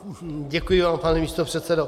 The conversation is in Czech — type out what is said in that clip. Děkuji vám, pane místopředsedo.